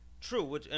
True